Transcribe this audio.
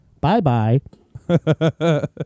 bye-bye